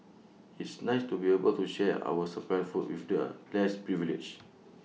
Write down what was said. it's nice to be able to share our surplus food with the less privileged